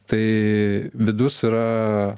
tai vidus yra